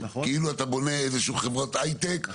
כאילו אתה בונה איזושהי חברת הייטק,